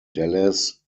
dallas